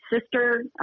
sister